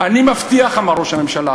אני מבטיח, אמר ראש הממשלה: